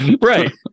Right